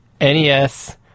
NES